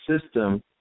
system